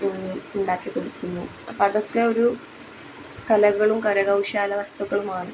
ഉണ്ടാക്കി കൊടുക്കുന്നു അപ്പം അതൊക്കെ ഒരു കലകളും കരകൗശല വസ്തുക്കളുമാണ്